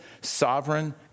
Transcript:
sovereign